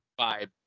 vibe